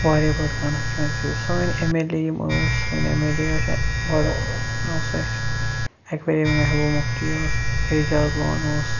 واریاہ بٔڑ کانسچُونسی چھِ سٲنۍ ایم ایل اے یِم ٲسۍ سٲنۍ ایم ایل اے ٲسۍ گۄڈٕ اوس اسہِ اکہِ ؤرۍ یہِ یمہِ محبوٗبہ مُفتی ٲسۍ ایجاز لون اوس